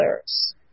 others